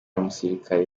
umusirikare